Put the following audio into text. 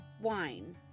wine